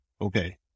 Okay